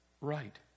Right